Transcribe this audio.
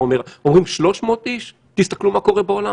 אנחנו רואים שמכ-150,000 מגעים שהיו עם קרוב ל-16,000 חולים מאומתים,